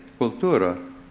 cultura